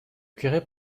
curé